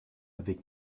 avec